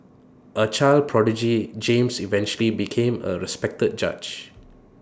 A child prodigy James eventually became A respected judge